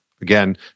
again